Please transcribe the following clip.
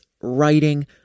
writing